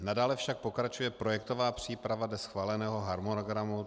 Nadále však pokračuje projektová příprava dle schváleného harmonogramu.